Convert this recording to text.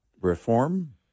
Reform